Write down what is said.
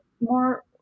more